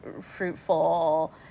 fruitful